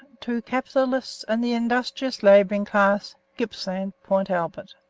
to capitalists and the industrious labouring class. gippsland port albert.